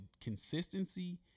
consistency